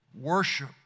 Worship